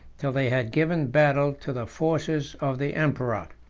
till they had given battle to the forces of the emperor.